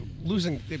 Losing